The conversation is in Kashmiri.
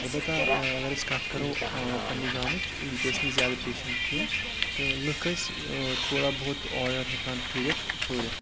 البتہ اگر أسۍ کَتھ کَرو پنٛنہِ گامٕچ ییٚتہِ ٲسۍ نہٕ زیادٕ پیشَنٛٹ کینٛہہ تہٕ لٕکھ ٲسۍ تھوڑا بہت اورٕ یورٕ ہؠکان پھِیٖرِتھ تھورِتھ